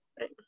right